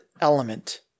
element